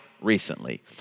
recently